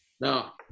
Now